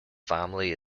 family